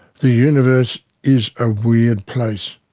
the universe is a weird place.